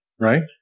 right